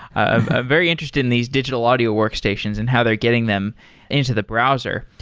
ah very interested in these digital audio workstations and how they're getting them into the browser.